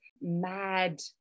mad